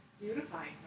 Beautifying